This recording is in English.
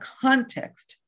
context